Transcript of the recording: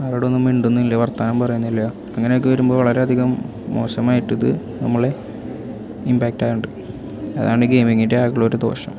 അരോടുമൊന്നും മിണ്ടുന്നില്ല വർത്തമാനം പറയുന്നില്ല അങ്ങനെ ഒക്കെ വരുമ്പോൾ വളരെ അധികം മോശമായിട്ട് ഇത് നമ്മളെ ഇമ്പാക്ടാകുന്നുണ്ട് അതാണ് ഗെയിമിങ്ങിൻ്റെ ആകെയുള്ള ഒരു ദോഷം